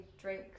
drink